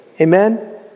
Amen